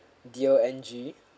D O N G